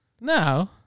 No